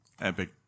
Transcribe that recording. epic